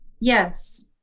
Yes